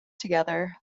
together